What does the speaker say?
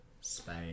Spain